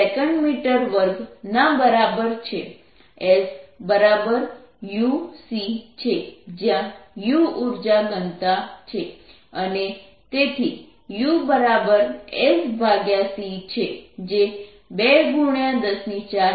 S u c છે જ્યાં u ઊર્જા ઘનતા છે અને તેથી u s c છે જે 2 104π 3 108 છે જે 2310 6Jm3 થશે